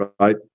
right